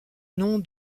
nom